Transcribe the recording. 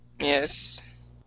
yes